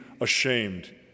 ashamed